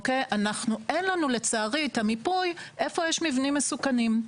אין לנו, לצערי, את המיפוי איפה יש מבנים מסוכנים.